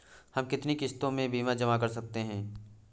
हम कितनी किश्तों में बीमा जमा कर सकते हैं?